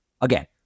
Again